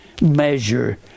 measure